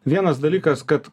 vienas dalykas kad